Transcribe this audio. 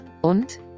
und